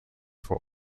for